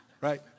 Right